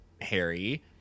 Harry